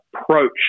approach